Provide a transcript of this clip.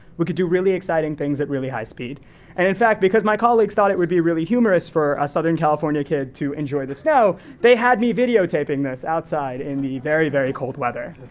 we could do really exciting things at really high speed, and in fact, because my colleagues thought it would be really humorous for a southern california kid to enjoy the snow, they had me video taping this, outside in the very, very cold weather.